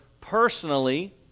personally